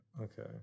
okay